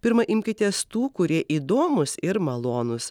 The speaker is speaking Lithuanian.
pirma imkitės tų kurie įdomūs ir malonūs